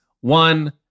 One